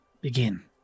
begin